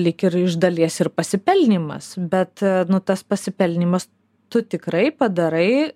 lyg ir iš dalies ir pasipelnymas bet nu tas pasipelnymas tu tikrai padarai